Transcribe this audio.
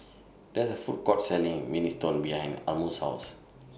There IS A Food Court Selling Minestrone behind Almus' House